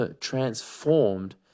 transformed